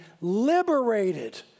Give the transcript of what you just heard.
liberated